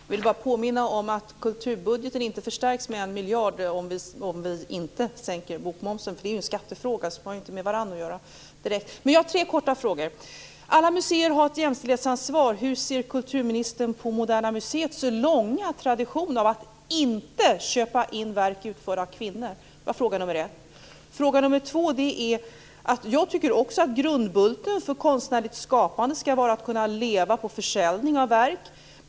Herr talman! Jag vill bara påminna om att kulturbudgeten inte förstärks med 1 miljard om vi inte sänker bokmomsen. Det är ju en skattefråga, så det har inte direkt med varandra att göra. Jag har tre korta frågor. Fråga nr 1: Alla museer har ett jämställdhetsansvar. Hur ser kulturministern på Moderna museets långa tradition att inte köpa in verk utförda av kvinnor? Fråga nr 2: Jag tycker också att grundbulten i konstnärligt skapande ska vara att man kan leva på försäljning av verk.